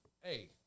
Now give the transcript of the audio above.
hey